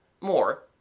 More